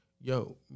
yo